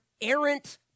errant